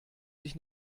sich